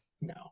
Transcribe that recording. No